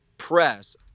press